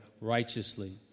righteously